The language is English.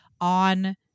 on